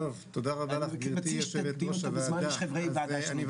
גברתי יושבת-ראש הוועודה,